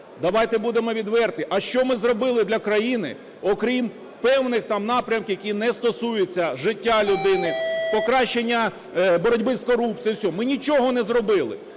Давайте будемо відверті: а що ми зробили для країни, окрім певних там напрямків, які не стосуються життя людини, покращення боротьби з корупцією? Ми нічого не зробили.